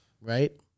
right